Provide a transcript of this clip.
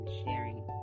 sharing